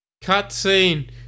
Cutscene